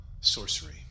Sorcery